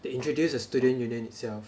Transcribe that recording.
they introduce a student union itself